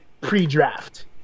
pre-draft